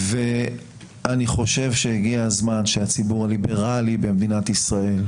אני חושב שהגיע הזמן שהציבור הליברי במדינת ישראל,